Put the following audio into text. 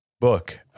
book